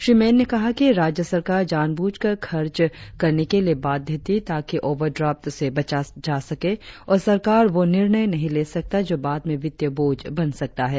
श्री मेन ने कहा कि राज्य सरकार जानब्रझकर खर्च करने के लिए बाध्य थी ताकि ओवरड्राफ्ट से बचा जा सके और सरकार वह निर्णय नही ले सकता जो बाद में वित्तीय बोझ बन सकता है